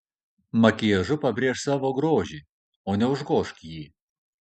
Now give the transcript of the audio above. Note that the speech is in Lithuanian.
makiažu pabrėžk savo grožį o ne užgožk jį